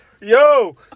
yo